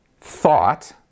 thought